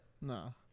No